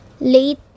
late